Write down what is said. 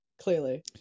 clearly